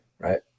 Right